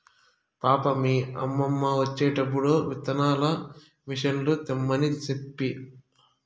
పాపా, మీ యమ్మ వచ్చేటప్పుడు విత్తనాల మిసన్లు తెమ్మని సెప్పు